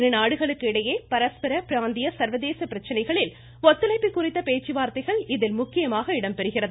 இருநாடுகளுக்கு இடையே பரஸ்பர பிராந்திய சா்வதேச பிரச்சினைகளில் ஒத்துழைப்பு குறித்த பேச்சுவார்த்தைகள் இதில் முக்கியமாக இடம்பெறுகிறது